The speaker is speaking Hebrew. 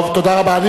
טוב, תודה רבה.